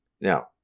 Now